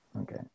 okay